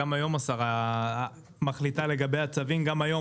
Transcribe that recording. גם היום השרה מחליטה לגבי הצווים גם היום,